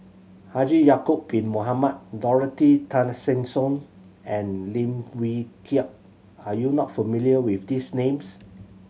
Haji Ya'acob Bin Mohamed Dorothy Tessensohn and Lim Wee Kiak are you not familiar with these names